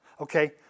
okay